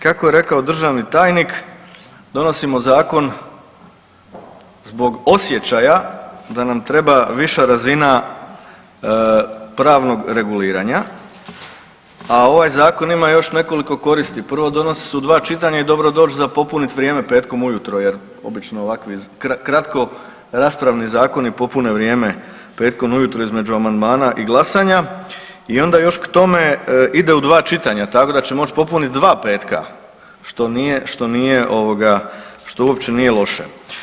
Kako je rekao državni tajnik donosimo zakon zbog osjećaja da nam treba viša razina pravnog reguliranja, a ovaj zakon ima još nekoliko koristi, prvo donosi se u dva čitanja i dobro doći za popunit vrijeme petkom ujutro jer obično ovako kratkoraspravni zakoni popune vrijeme petkom ujutro između amandmana i glasanja i onda još k tome ide u dva čitanja tako da će moći popuniti dva petka što nije, što nije ovoga što uopće nije loše.